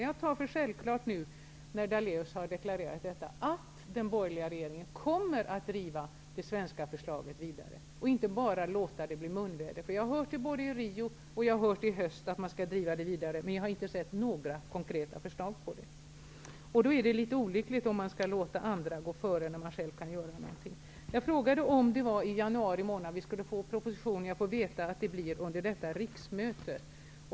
Jag tar det som självklart, nu när Lennart Daléus har deklarerat detta, att den borgerliga regeringen kommer att driva det svenska förslaget vidare och inte bara låta detta bli munväder. Jag har nämligen hört både i Rio och i höst här hemma att regeringen skall driva detta vidare, men jag har inte sett några konkreta förslag. Det är litet olyckligt om man skall låta andra gå före när man själv kan göra något. Jag frågade om det var i januari som vi skulle få propositionen. Men jag fick reda på att det blir under detta riksmöte.